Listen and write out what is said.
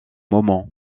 moments